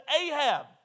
Ahab